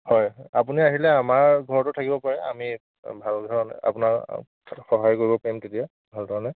হয় আপুনি আহিলে আমাৰ ঘৰতো থাকিব পাৰে আমি ভাল ধৰণে আপোনাক সহায় কৰিব পাৰিম তেতিয়া ভাল ধৰণে